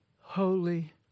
holy